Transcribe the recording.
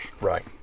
Right